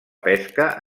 pesca